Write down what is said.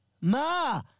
Ma